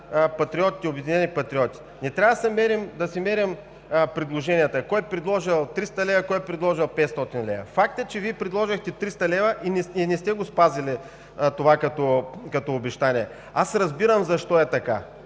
и за „Обединени патриоти“. Не, трябва да си мерим предложения – кой предложил 300 лв., кой предложил 500 лв. Фактът е, че Ви предложихте 300 лв. и не сте го спазили това като обещание. Разбирам защо е така,